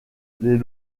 les